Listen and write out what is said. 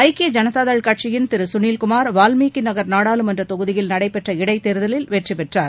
ஐக்கிய ஜனதா தள் கட்சியின் திரு சுனில் குமார் வால்மீகி நகர் நாடாளுமன்ற தொகுதியில் நடைபெற்ற இடைத்தேர்தலில் வெற்றி பெற்றார்